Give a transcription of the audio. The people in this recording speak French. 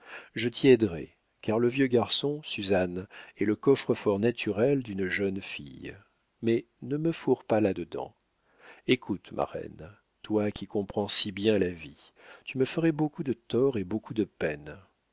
je t'y aiderai car le vieux garçon suzanne est le coffre-fort naturel d'une jeune fille mais ne me fourre pas là-dedans écoute ma reine toi qui comprends si bien la vie tu me ferais beaucoup de tort et beaucoup de peine